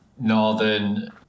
northern